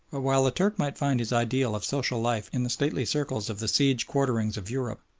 while the turk might find his ideal of social life in the stately circles of the seize quarterings of europe,